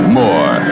more